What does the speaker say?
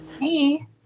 Hey